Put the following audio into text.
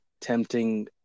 tempting